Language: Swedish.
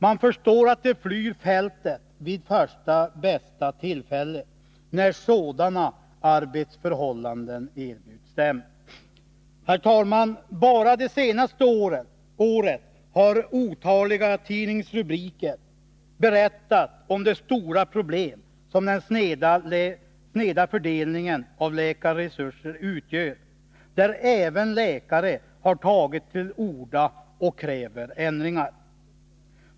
Man förstår att läkarna flyr fältet vid första bästa tillfälle, när sådana arbetsförhållanden erbjuds dem. Herr talman! Bara det senaste året har otaliga tidningsrubriker berättat om de stora problem som den sneda fördelningen av läkarresurser utgör, där även läkare har tagit till orda och kräver ändringar.